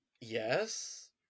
yes